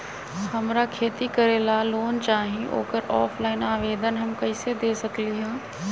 हमरा खेती करेला लोन चाहि ओकर ऑफलाइन आवेदन हम कईसे दे सकलि ह?